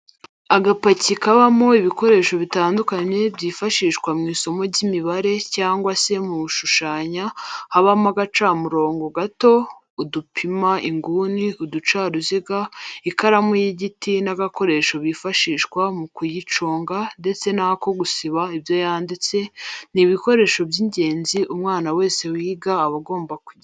Agapaki kabamo ibikoresho bitandukanye byifashishwa mw'isomo ry'imibare cyangwa se mu gushushanya habamo agacamurobo gato, udupima inguni, uducaruziga ,ikaramu y'igiti n'agakoresho kifashishwa mu kuyiconga ndetse n'ako gusiba ibyo yanditse, ni ibikoresho by'ingenzi umwana wese wiga aba agomba kugira.